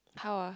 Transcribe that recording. how ah